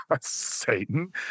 Satan